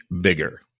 bigger